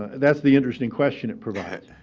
that's the interesting question it provides,